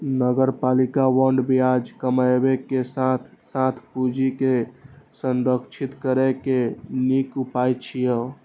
नगरपालिका बांड ब्याज कमाबै के साथ साथ पूंजी के संरक्षित करै के नीक उपाय छियै